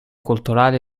culturali